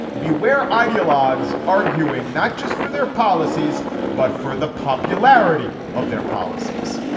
beware ideologues arguing not just for their policies but for the popularity of their policies.